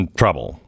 trouble